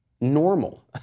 normal